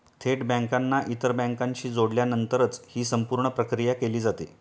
थेट बँकांना इतर बँकांशी जोडल्यानंतरच ही संपूर्ण प्रक्रिया केली जाते